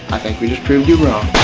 i think we just proved you wrong.